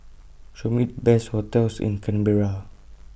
Show Me Best hotels in Canberra